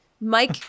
Mike